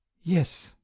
Yes